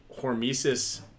hormesis